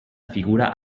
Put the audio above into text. figura